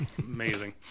amazing